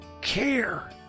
care